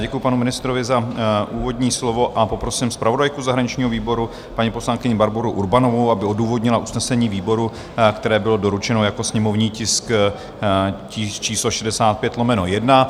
Děkuji panu ministrovi za úvodní slovo a poprosím zpravodajku zahraničního výboru, paní poslankyni Barboru Urbanovou, aby odůvodnila usnesení výboru, které bylo doručeno jako sněmovní tisk číslo 65/1.